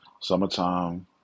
Summertime